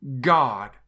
God